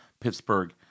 Pittsburgh